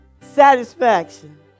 satisfaction